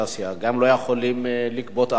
גם לא יכולים לגבות ארנונה,